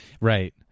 Right